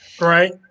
Right